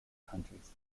countries